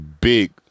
big